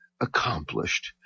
accomplished